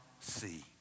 see